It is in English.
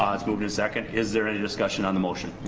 um it's moved and seconded. is there any discussion on the motion?